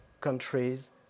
countries